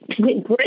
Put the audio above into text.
Great